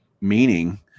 meaning